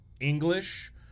English